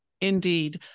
Indeed